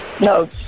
No